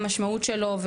מה המשמעות שלו,